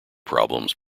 problems